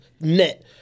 net